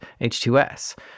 H2S